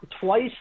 twice